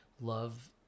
love